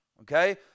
okay